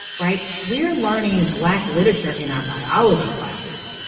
right? we're learning black literature in our biology classes.